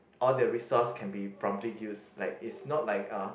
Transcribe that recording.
all the resource can be promptly used like it's not like uh